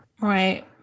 right